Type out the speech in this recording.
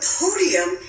podium